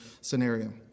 scenario